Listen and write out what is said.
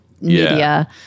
media